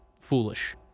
foolish